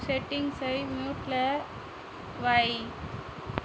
செட்டிங்ஸை மியூட்டில் வை